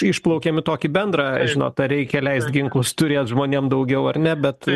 išplaukėm į tokį bendrą žinot ar reikia leist ginklus turėt žmonėm daugiau ar ne bet